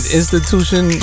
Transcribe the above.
institution